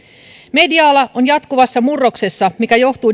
media ala on jatkuvassa murroksessa mikä johtuu